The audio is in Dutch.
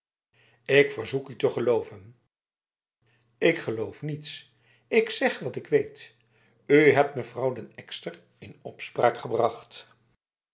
ik verzoek u te geloven ik geloof niets ik zeg wat ik weet u hebt mevrouw den ekster in opspraak gebrachtf